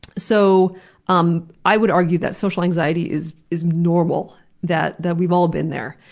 so um i would argue that social anxiety is is normal, that that we've all been there.